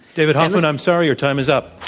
david hoffman, i'm sorry, your time is up.